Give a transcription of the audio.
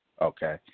Okay